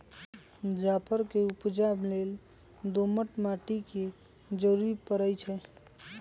जाफर के उपजा लेल दोमट माटि के जरूरी परै छइ